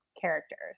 characters